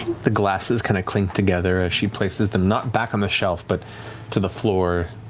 the glasses kind of clink together as she places them not back on the shelf but to the floor,